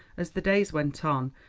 as the days went on,